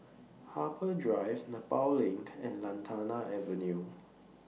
Harbour Drive Nepal LINK and Lantana Avenue